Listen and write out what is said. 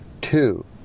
Two